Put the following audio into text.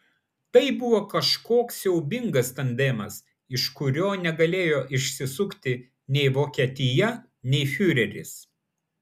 tai buvo kažkoks siaubingas tandemas iš kurio negalėjo išsisukti nei vokietija nei fiureris